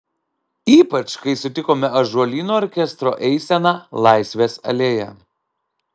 ypač kai sutikome ąžuolyno orkestro eiseną laisvės alėja